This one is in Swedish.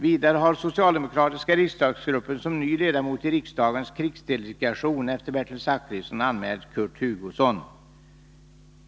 Vidare har socialdemokratiska riksdagsgruppen som ny ledamot i riksdagens krigsdelegation efter Bertil Zachrisson anmält Kurt Hugosson.